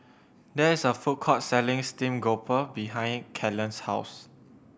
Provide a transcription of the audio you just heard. there is a food court selling steamed grouper behind Kellen's house